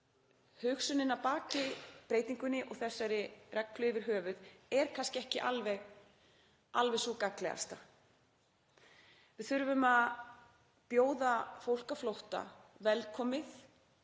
hugsunin að baki breytingunni og þessari reglu yfirhöfuð er kannski ekki alveg sú gagnlegasta. Við þurfum að bjóða fólk á flótta velkomið,